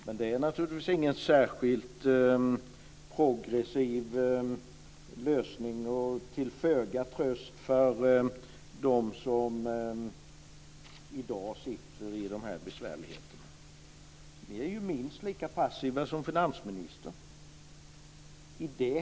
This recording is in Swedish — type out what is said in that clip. Men det är naturligtvis ingen särskilt progressiv lösning, och den är till föga tröst för dem som i dag sitter i de här besvärligheterna. Ni är ju minst lika passiva som finansministern.